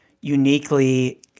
uniquely